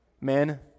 Men